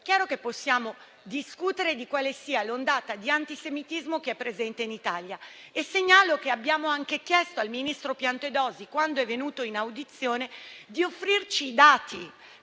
Capogruppo - possiamo discutere dell'ondata di antisemitismo presente in Italia. Segnalo che abbiamo anche chiesto al ministro Piantedosi, quando è venuto in audizione, di offrirci i dati,